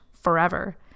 forever